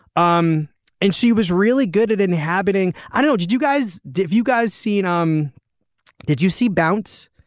um and she was really good at inhabiting i know did you guys did you guys seen. um did you see bounce.